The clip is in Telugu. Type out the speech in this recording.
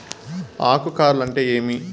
ఆకు కార్ల్ అంటే ఏమి?